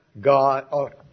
God